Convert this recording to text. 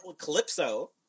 Calypso